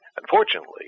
Unfortunately